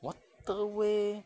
waterway